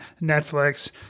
Netflix